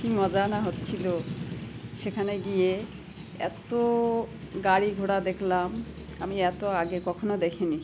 কি মজা না হচ্ছিলো সেখানে গিয়ে এতো গাড়ি ঘোড়া দেখলাম আমি এতো আগে কখনো দেখে নি